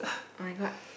oh-my-god